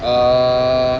ah